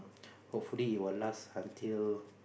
hopefully it will last until